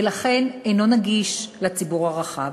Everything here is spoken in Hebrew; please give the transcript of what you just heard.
ולכן אינו נגיש לציבור הרחב,